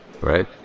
right